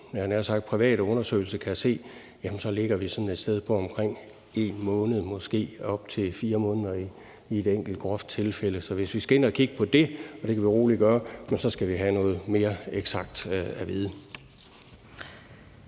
For ud fra mine private undersøgelser, havde jeg nær sagt, ligger vi sådan et sted på omkring 1 måned og måske op til 4 måneder i et enkelt groft tilfælde. Så hvis vi skal ind og kigge på det – og det kan vi rolig gøre – skal vi have noget mere eksakt at vide.